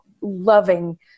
loving